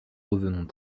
revenons